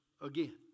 again